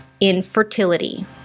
infertility